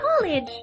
college